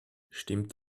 stimmt